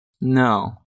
No